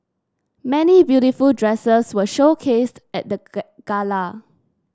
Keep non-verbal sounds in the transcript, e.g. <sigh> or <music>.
many beautiful dresses were showcased at the <unintelligible> gala